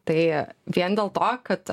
tai vien dėl to kad